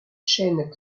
chaîne